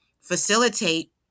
facilitate